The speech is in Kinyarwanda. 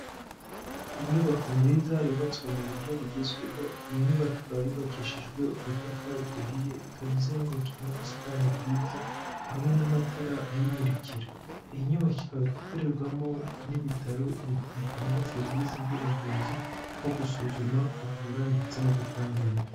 Inyubako nziza yubatswe mu buryo bugezweho, iyi nyubako ikaba yubakishijwe udutafari duhiye, ikaba izengurutswe n'ubusitani bwiza hamwe n'amatara ayimurikira, iyi nyubako ikaba ikorerwamo n'ibitaro utanga serivisi z'ubuvuzi nko gusuzuma, kuvura ndetse no gutanga imiti.